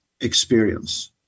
experience